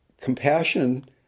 Compassion